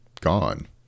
gone